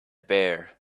bear